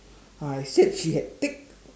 I said she had thick